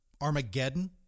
Armageddon